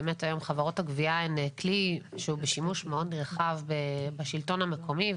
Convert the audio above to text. היום חברות הגבייה הן כלי בשימוש מאוד נרחב בשלטון המקומי,